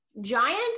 giant